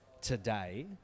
today